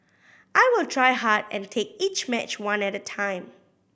I will try hard and take each match one at a time